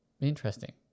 interesting